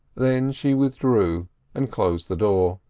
then she withdrew and closed the door.